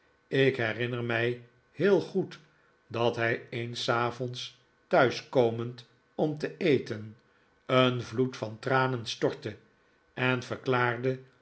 ik herinner mij heel goed dat hij eens s avonds thuis komend om te eten een vloed van tranen stortte en verklaarde